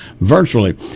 virtually